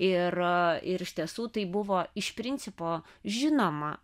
ir ir iš tiesų tai buvo iš principo žinoma